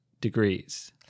degrees